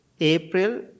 April